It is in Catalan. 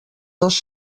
dos